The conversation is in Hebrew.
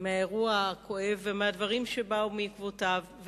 מהאירוע הכואב ומהדברים שבאו בעקבותיו,